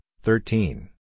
thirteen